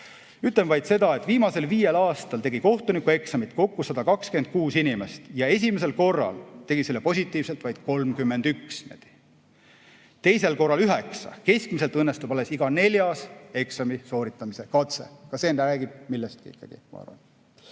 Ütlen vaid seda, et viimasel viiel aastal on kohtunikueksamit teinud 126 inimest ja esimesel korral tegi selle positiivselt vaid 31, teisel korral 9. Keskmiselt õnnestub alles iga neljas eksami sooritamise katse. Ka see räägib millestki, ma arvan.